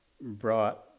brought